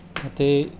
ਅਤੇ